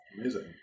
Amazing